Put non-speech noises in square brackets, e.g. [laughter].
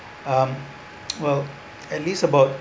um [noise] well at least about